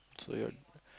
so you're